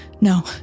no